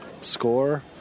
score